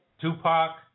Tupac